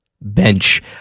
Bench